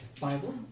Bible